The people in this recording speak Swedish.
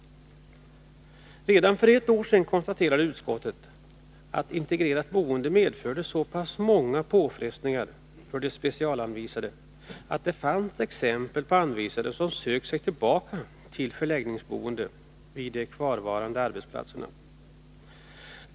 Redan för ett år sedan konstaterade utskottet att integrerat boende medförde så pass många påfrestningar för de specialanvisade att det fanns exempel på anvisade som sökt sig tillbaka till förläggningsboende vid de kvarvarande arbetsplatserna.